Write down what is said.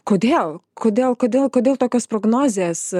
kodėl kodėl kodėl kodėl tokios prognozės